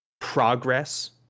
progress